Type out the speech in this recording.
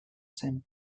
zen